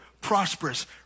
prosperous